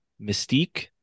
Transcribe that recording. mystique